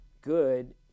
good